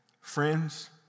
Friends